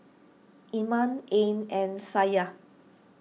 Iman Ain and Syah